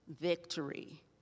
victory